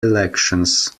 elections